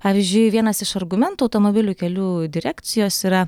pavyzdžiui vienas iš argumentų automobilių kelių direkcijos yra